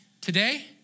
today